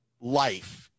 life